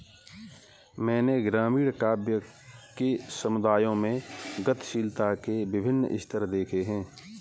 मैंने ग्रामीण काव्य कि समुदायों में गतिशीलता के विभिन्न स्तर देखे हैं